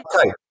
Okay